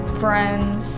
friends